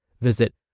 Visit